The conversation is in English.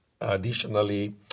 Additionally